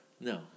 No